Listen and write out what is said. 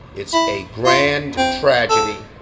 it's a grand tragedy,